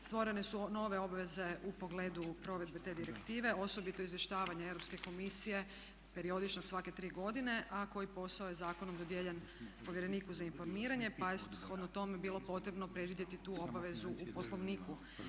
Stvorene su nove obveze u pogledu provedbe te direktive, osobito izvještavanje Europske komisije periodičnog svake 3 godine a koji posao je zakonom dodijeljen povjereniku za informiranje pa je shodno tome bilo potrebno predvidjeti tu obavezu u Poslovniku.